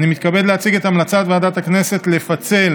אני מתכבד להציג את המלצת ועדת הכנסת לפצל